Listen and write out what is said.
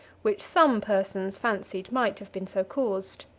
which some persons fancied might have been so caused.